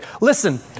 Listen